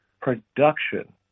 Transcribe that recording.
Production